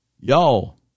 Y'all